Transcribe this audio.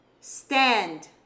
stand